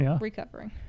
recovering